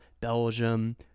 Belgium